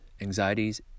anxieties